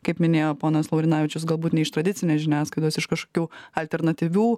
kaip minėjo ponas laurinavičius galbūt ne iš tradicinės žiniasklaidos iš kažkokių alternatyvių